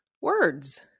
words